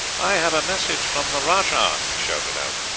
i have a message from the rajah, he shouted out.